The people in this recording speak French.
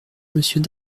monsieur